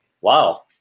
Wow